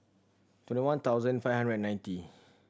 twenty one thousand five hundred and ninety